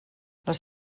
les